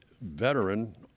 veteran